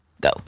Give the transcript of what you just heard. go